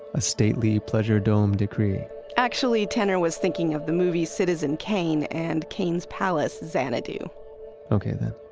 a stately pleasure-dome decree actually tenner was thinking of the movie citizen kane and kane's palace, xanadu okay then,